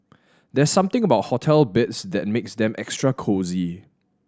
there's something about hotel beds that makes them extra cosy